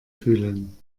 fühlen